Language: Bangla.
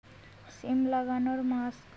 সিম লাগানোর মাস?